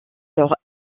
leur